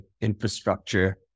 infrastructure